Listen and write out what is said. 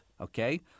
okay